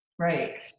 Right